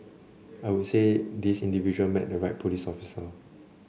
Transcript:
I would say this individual met the right police officer